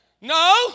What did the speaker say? no